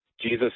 Jesus